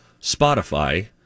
Spotify